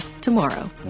tomorrow